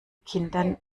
kindern